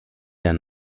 der